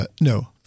no